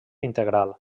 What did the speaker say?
integral